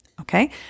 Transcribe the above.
Okay